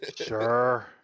sure